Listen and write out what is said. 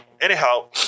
Anyhow